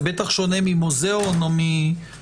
וזה בטח שונה ממוזיאון או מספרייה.